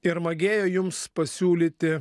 ir magėjo jums pasiūlyti